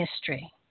history